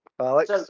Alex